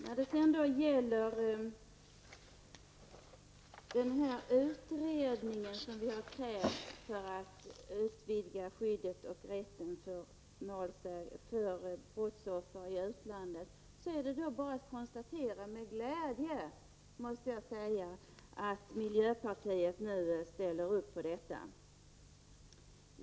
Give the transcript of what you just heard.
När det sedan gäller den utredning som vi reservanter har krävt för att utvidga skyddet och rätten för brottsoffer i utlandet, är det bara att konstatera med glädje att miljöpartiet nu ställer sig bakom detta krav.